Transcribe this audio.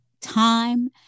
time